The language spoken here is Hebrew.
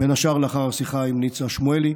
בין השאר לאחר שיחה עם ניצה שמואלי,